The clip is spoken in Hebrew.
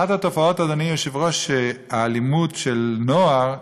אחת התופעות, אדוני היושב-ראש, האלימות של נוער,